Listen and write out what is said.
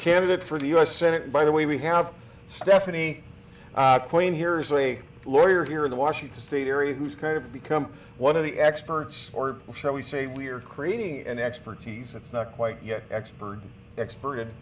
candidate for the u s senate by the way we have stephanie queen here is a lawyer here in the washington state area who's kind of become one of the experts or shall we say we're creating an expertise that's not quite yet expert expert